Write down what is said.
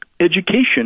Education